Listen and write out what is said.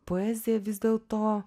poezija vis dėlto